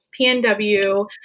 PNW